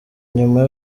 nyuma